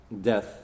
death